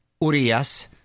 Urias